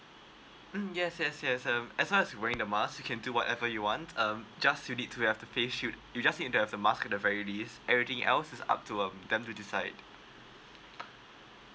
mm yes yes yes um as well as you wearing the mask you can do whatever you want um just you need to have to pay should you just need to have a mask at the very least everything else is up to um them to decide